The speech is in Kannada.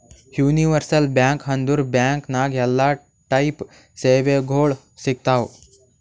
ಯೂನಿವರ್ಸಲ್ ಬ್ಯಾಂಕ್ ಅಂದುರ್ ಬ್ಯಾಂಕ್ ನಾಗ್ ಎಲ್ಲಾ ಟೈಪ್ ಸೇವೆಗೊಳ್ ಸಿಗ್ತಾವ್